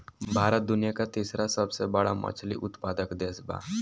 भारत दुनिया का तीसरा सबसे बड़ा मछली उत्पादक देश बा